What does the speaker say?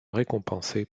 récompensés